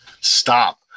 stop